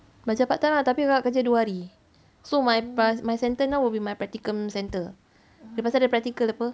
macam part time ah tapi kakak kerja dua hari so my pas~ my centre now will be my practicum centre lepas tu ada practical apa